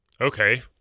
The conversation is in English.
Okay